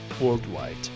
worldwide